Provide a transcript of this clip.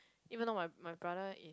even though my my brother